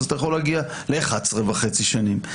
אתה יכול להגיע ל-11.5 שנים.